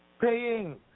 paying